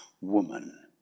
woman